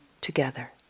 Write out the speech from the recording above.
together